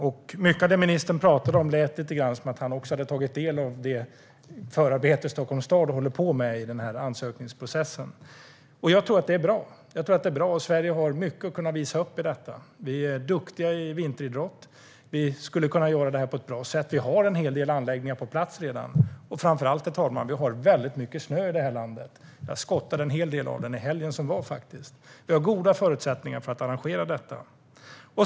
Det lät när ministern talade som att han också hade tagit del av det förarbete som Stockholms stad håller på med i ansökningsprocessen. Jag tror att det är bra. Sverige har mycket att visa upp. Vi är duktiga i vinteridrott. Vi skulle kunna göra det här på ett bra sätt. Vi har en hel del anläggningar på plats redan, och framför allt, herr talman, har vi väldigt mycket snö i det här landet. Jag skottade en hel del av den nu i helgen. Vi har goda förutsättningar för att arrangera detta.